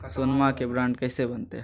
सोनमा के बॉन्ड कैसे बनते?